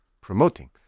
promoting